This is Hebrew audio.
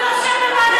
הוא יושב בוועדת